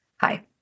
Hi